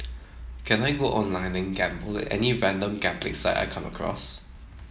can I go online and gamble at any random gambling site I come across